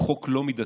הוא חוק לא מידתי.